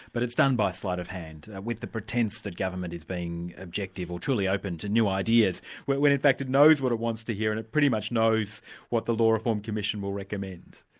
but it's done by sleight of hand, with the pretence that government is being objective or truly open to new ideas where in fact it knows what it wants to hear and it pretty much knows what the law reform commission will recommend.